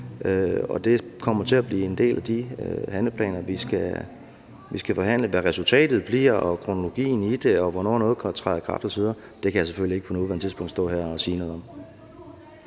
og det kommer til at blive en del af de handleplaner, vi skal forhandle om. Hvad resultatet bliver og kronologien i det, og hvornår noget kan træde i kraft osv., kan jeg selvfølgelig ikke på nuværende tidspunkt stå her og sige noget om.